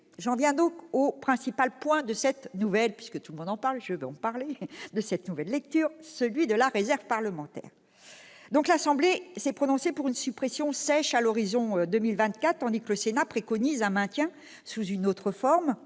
venons-en au principal point de cette nouvelle lecture : la réserve parlementaire. L'Assemblée nationale s'est prononcée pour une suppression sèche à l'horizon de 2024, tandis que le Sénat préconise un maintien sous une autre forme,